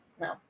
No